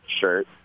shirt